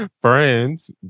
Friends